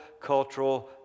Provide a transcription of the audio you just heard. cultural